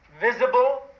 visible